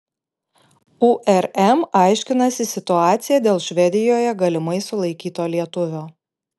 urm aiškinasi situaciją dėl švedijoje galimai sulaikyto lietuvio